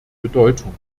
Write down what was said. bedeutung